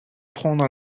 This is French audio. prendre